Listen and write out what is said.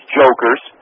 jokers